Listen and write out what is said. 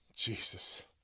Jesus